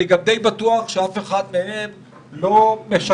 אני גם דיי בטוח שאף אחד מהם לא משקר,